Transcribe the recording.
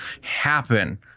happen